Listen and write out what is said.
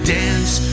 dance